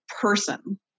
person